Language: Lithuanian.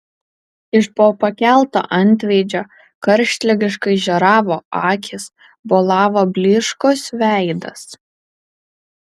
iš po pakelto antveidžio karštligiškai žioravo akys bolavo blyškus veidas